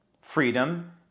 Freedom